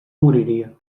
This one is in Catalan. moriria